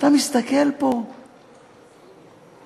אתה מסתכל פה, מה?